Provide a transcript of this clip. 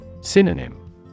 Synonym